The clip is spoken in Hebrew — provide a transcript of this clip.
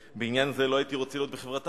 בעניין זה לא הייתי רוצה להיות בחברתם,